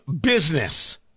business